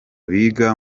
biga